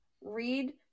read